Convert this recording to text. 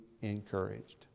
encouraged